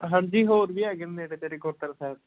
ਹਾਂਜੀ ਹੋਰ ਵੀ ਹੈਗੇ ਨੇ ਨੇੜੇ ਤੇੜੇ ਗੁਰਦੁਆਰਾ ਸਾਹਿਬ ਜੀ